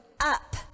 up